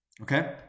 Okay